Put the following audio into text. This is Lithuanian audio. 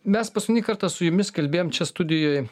mes paskutinį kartą su jumis kalbėjom čia studijoj